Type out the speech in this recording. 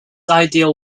ideal